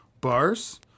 bars